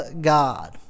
God